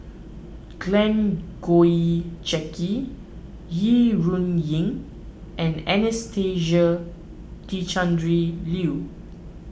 Glen Goei Jackie Yi Ru Ying and Anastasia Tjendri Liew